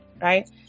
right